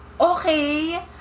okay